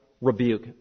rebuke